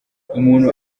umuntu